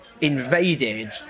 invaded